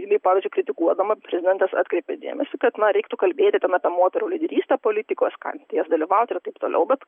inai pavyzdžiui kritikuodama prezidentas atkreipė dėmesį kad na reiktų kalbėti tuomet ta moterų lyderystė politikos skatinti jas dalyvaut ir taip toliau bet